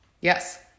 Yes